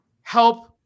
help